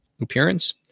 appearance